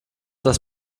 das